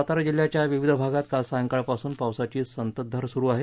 सातारा जिल्ह्याच्या विविध भागात काल सायंकाळ पासून पावसाची संततधार सुरु आहे